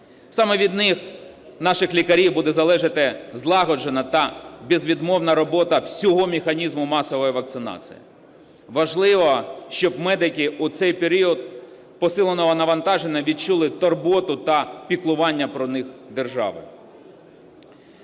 Саме від них, наших лікарів, буде залежати злагоджена та безвідмовна робота всього механізму масової вакцинації. Важливо, щоб медики у цей період посиленого навантаження відчули турботу та піклування про них держави.